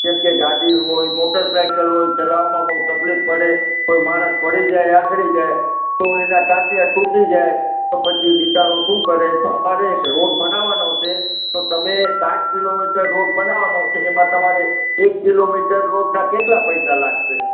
જેમ કે ગાડી હોય મોટરસાઇકલ હોય ચલાવવામાં બહુ તકલીફ પડે કોઈ માણસ પડી જાય આખડી જાય તો એના ટાંટિયા ટૂટી જાય તો પછી બિચારો શું કરે તો અમારે એક રોડ બનાવવાનો છે તો તમે સાત કિલોમીટર રોડ બનાવવાનો છે એમાં તમારે એક કિલોમીટર રોડના કેટલા પૈસા લાગશે